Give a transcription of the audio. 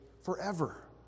forever